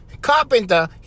carpenter